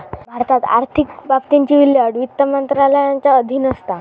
भारतात आर्थिक बाबतींची विल्हेवाट वित्त मंत्रालयाच्या अधीन असता